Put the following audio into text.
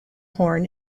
horn